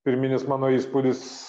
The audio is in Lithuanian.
pirminis mano įspūdis